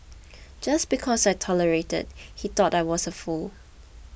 just because I tolerated he thought I was a fool